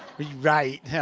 we write.